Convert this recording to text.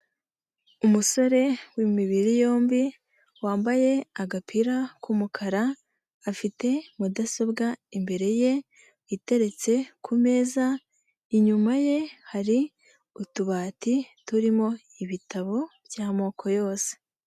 Umusore w'imibiri yombi, wambaye agapira k'umukara, afite mudasobwa imbere ye, iteretse ku meza, inyuma ye hari utubati turimo ibitabo by'amoko yose.